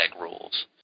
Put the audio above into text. rules